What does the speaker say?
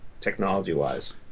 technology-wise